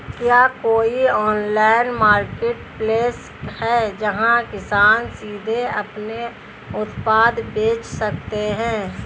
क्या कोई online marketplace है जहां किसान सीधे अपने उत्पाद बेच सकते हैं?